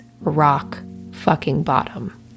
rock-fucking-bottom